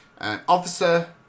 officer